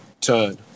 turn